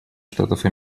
штатов